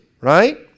right